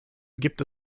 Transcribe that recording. gibt